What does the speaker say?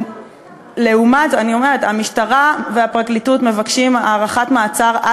לעומת זאת, הם ביקשו להאריך את המעצר.